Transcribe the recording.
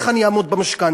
איך אני אעמוד במשכנתה?